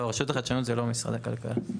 רשות החדשנות היא לא משרד הכלכלה.